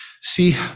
See